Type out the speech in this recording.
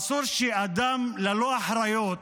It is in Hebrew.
אסור שאדם ללא אחריות,